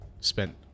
spent